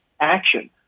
action